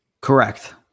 Correct